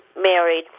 married